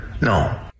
No